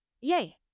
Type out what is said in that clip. Yay